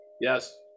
Yes